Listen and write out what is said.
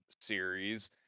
series